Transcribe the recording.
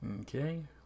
Okay